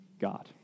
god